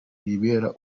bibera